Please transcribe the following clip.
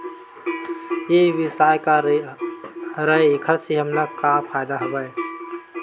ई व्यवसाय का हरय एखर से हमला का फ़ायदा हवय?